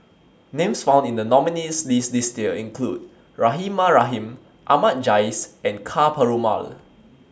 Names found in The nominees' list This Year include Rahimah Rahim Ahmad Jais and Ka Perumal